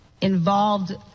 involved